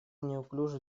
неуклюжий